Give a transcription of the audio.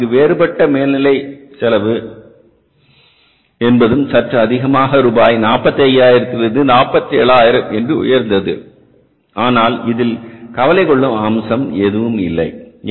ஆனால் இங்கு வேறுபட்ட மேல் நிலை செலவு என்பதும் சற்று அதிகமாக ரூபாய் 45000 இருந்து 47000 என்று உயர்ந்தது ஆனால் இதில் கவலை கொள்ளும் அம்சம் ஏதும் இல்லை